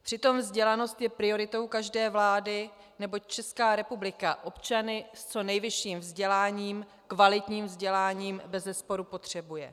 Přitom vzdělanost je prioritou každé vlády, neboť Česká republika občany s co nejvyšším vzděláním, kvalitním vzděláním bezesporu potřebuje.